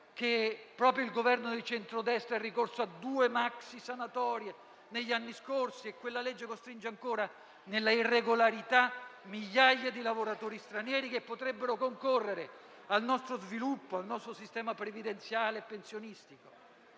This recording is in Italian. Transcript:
il Governo del centro destra è ricorso a due maxi sanatorie negli anni scorsi e quella legge costringe ancora nella irregolarità migliaia di lavoratori stranieri, che potrebbero concorrere al nostro sviluppo e al nostro sistema previdenziale e pensionistico.